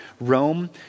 Rome